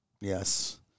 Yes